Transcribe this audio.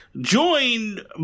joined